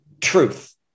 truth